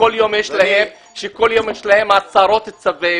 יש להם כל יום עשרות צווי